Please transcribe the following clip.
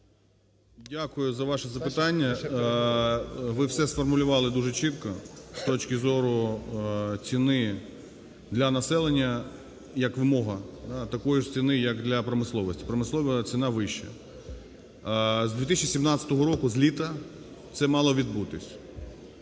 Дякую за ваше запитання. Ви все сформулювали дуже чітко з точки зору ціни для населення як вимога такої ж ціни як для промисловості. Промислова ціна вища. З 2017 року, з літа, це мало відбутись.